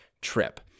trip